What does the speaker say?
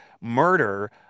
murder